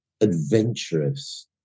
adventurous